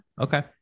Okay